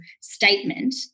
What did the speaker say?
statement